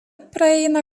praeina